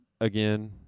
again